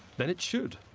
then it should.